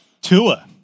Tua